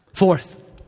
Fourth